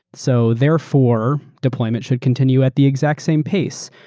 so therefore, deployment should continue at the exact same pace.